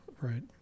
right